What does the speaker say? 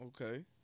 Okay